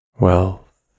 Wealth